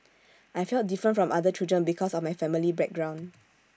I felt different from other children because of my family background